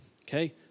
Okay